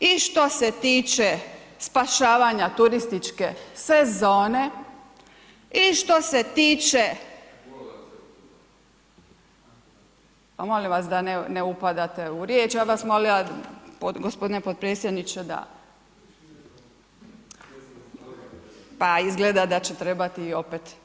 i što se tiče spašavanja turističke sezone, i što se tiče, … [[Upadica: govornik se ne čuje.]] a molim vas da ne upadate u riječ, ja bih vas molila gospodine potpredsjedniče da … [[Upadica: govornik se ne čuje.]] pa izgleda da će trebati i opet.